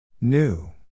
New